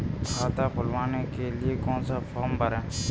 खाता खुलवाने के लिए कौन सा फॉर्म भरें?